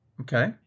Okay